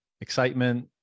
excitement